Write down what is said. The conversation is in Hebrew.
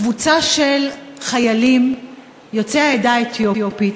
קבוצה של חיילים יוצאי העדה האתיופית,